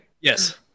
Yes